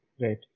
Right